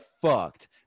fucked